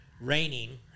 raining